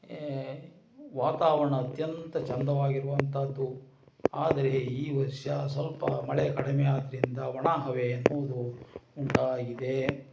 ವಾತಾವರಣ ಅತ್ಯಂತ ಚಂದವಾಗಿರುವಂಥದ್ದು ಆದರೆ ಈ ವರ್ಷ ಸ್ವಲ್ಪ ಮಳೆ ಕಡಿಮೆ ಆದ್ದರಿಂದ ಒಣ ಹವೆ ಎನ್ನುವುದು ಉಂಟಾಗಿದೆ